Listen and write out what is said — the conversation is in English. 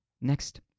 Next